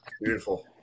Beautiful